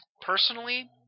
Personally